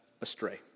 astray